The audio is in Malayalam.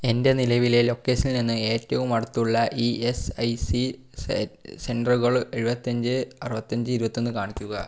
എൻ്റെ നിലവിലെ ലൊക്കേഷനിൽ നിന്ന് ഏറ്റവും അടുത്തുള്ള ഇ എസ് ഐ സി സെൻററുകൾ എഴുപത്തഞ്ച് അറുപത്തഞ്ച് ഇരുപത്തൊന്ന് കാണിക്കുക